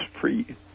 free